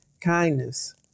kindness